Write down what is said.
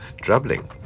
Troubling